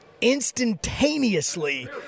instantaneously